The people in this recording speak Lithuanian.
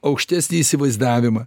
aukštesnį įsivaizdavimą